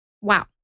Wow